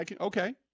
Okay